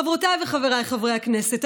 חברותיי וחבריי חברי הכנסת,